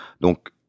Donc